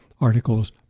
articles